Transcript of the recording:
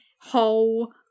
whole